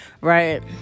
right